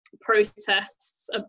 protests